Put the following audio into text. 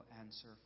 answer